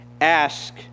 Ask